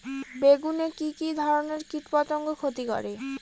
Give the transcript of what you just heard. বেগুনে কি কী ধরনের কীটপতঙ্গ ক্ষতি করে?